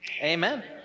Amen